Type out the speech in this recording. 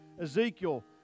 Ezekiel